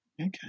Okay